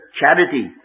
charity